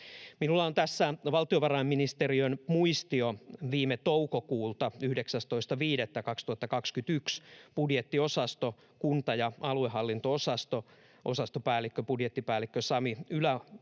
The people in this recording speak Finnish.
Minulla on tässä valtiovarainministeriön muistio viime toukokuulta, 19.5.2021, budjettiosasto, kunta- ja aluehallinto-osasto — osastopäällikkö, budjettipäällikkö Sami Yläoutinen